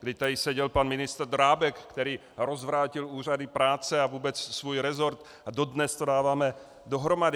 Kdy tady seděl pan ministr Drábek, který rozvrátil úřady práce a vůbec svůj resort, a dodnes to dáváme dohromady.